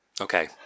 okay